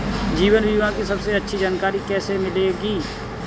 जीवन बीमा की सबसे अच्छी जानकारी कैसे मिलेगी?